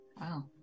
Wow